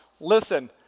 listen